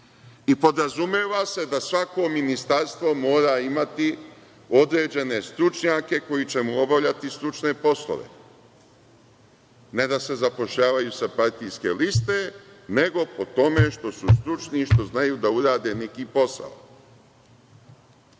I podrazumeva se da svako ministarstvo mora imati određene stručnjake koji će mu obavljati stručne poslove. Ne da se zapošljavaju sa partijske liste, nego po tome što su stručni i što znaju da urade neki posao. Kaže